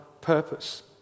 purpose